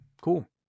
cool